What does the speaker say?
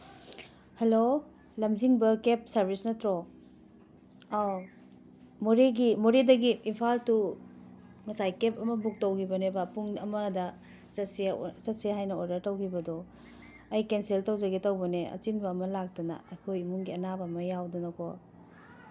hello Lamjing cab service ꯅꯠꯇ꯭ꯔꯣ ꯑꯧ ꯃꯣꯔꯦꯒꯤ ꯃꯣꯔꯦꯗꯒꯤ ꯏꯝꯐꯥꯜ ꯇꯨ ꯉꯁꯥꯏ ꯀꯦꯞ ꯑꯃ ꯕꯨꯛ ꯇꯧꯈꯤꯕꯅꯦꯕ ꯄꯨꯡ ꯑꯃꯗ ꯆꯠꯁꯦ ꯆꯠꯁꯦ ꯍꯥꯏꯅ ꯑꯣꯔꯗꯔ ꯇꯧꯈꯤꯕꯗꯣ ꯑꯩ ꯀꯦꯟꯁꯦꯜ ꯇꯧꯖꯒꯦ ꯇꯧꯕꯅꯦ ꯑꯆꯤꯟꯕ ꯑꯃ ꯂꯥꯛꯇꯅ ꯑꯩꯈꯣꯏ ꯏꯃꯨꯡꯒꯤ ꯑꯅꯥꯕ ꯑꯃ ꯌꯥꯎꯗꯅꯀꯣ